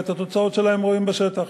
ואת התוצאות שלהן רואים בשטח,